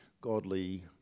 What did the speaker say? godly